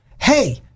hey